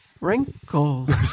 wrinkles